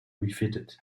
refitted